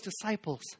disciples